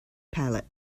palate